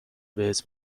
بهت